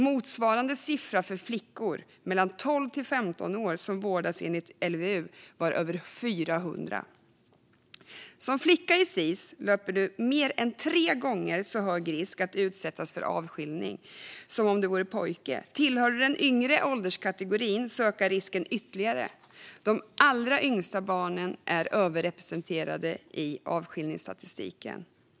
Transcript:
Motsvarande siffra för flickor 12-15 år som vårdas enligt LVU var över 400. Som flicka i Sis regi löper du mer än tre gånger så hög risk att utsättas för avskiljning än om du varit pojke. Tillhör du den yngre ålderskategorin ökar risken ytterligare - de allra yngsta barnen är överrepresenterade i avskiljningsstatistiken.